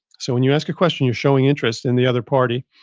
so, when you ask a question, you're showing interest in the other party.